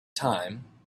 time